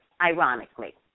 ironically